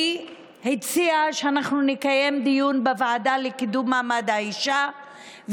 היא הציעה שאנחנו נקיים דיון בוועדה לקידום מעמד האישה,